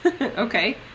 okay